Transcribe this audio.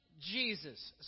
Jesus